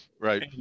Right